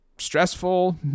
stressful